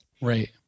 Right